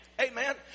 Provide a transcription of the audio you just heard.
Amen